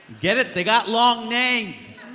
get it? they got long names